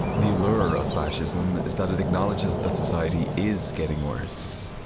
the allure of fascism is that it acknowledges that society is getting worse.